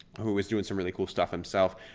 who was doing some really cool stuff himself.